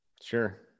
Sure